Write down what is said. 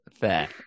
Fair